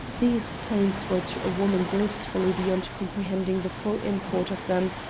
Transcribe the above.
these plaints were to a woman blissfully beyond comprehending the full import of them,